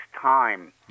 time